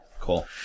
Cool